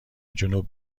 جنوب